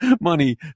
money